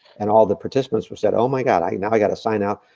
and all the participants said, oh my god, i mean now i gotta sign out.